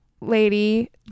lady